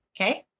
okay